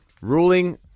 Ruling